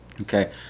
Okay